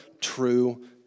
true